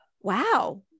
wow